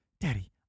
Daddy